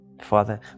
Father